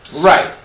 Right